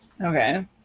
Okay